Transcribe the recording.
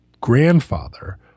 grandfather